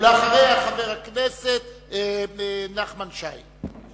ואחריה, חבר הכנסת נחמן שי.